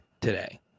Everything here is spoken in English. today